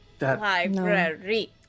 Library